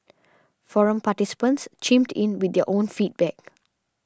forum participants chimed in with their own feedback